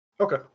Okay